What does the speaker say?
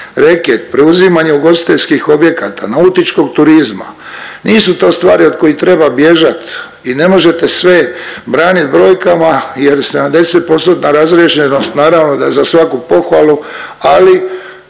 reket, preuzimanje ugostiteljskih objekata, nautičkog turizma nisu to stvari od kojih treba bježat i ne možete sve branit brojkama jer 70%-tna razriješenost naravno da je za svaku pohvalu, ali